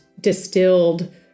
distilled